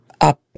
up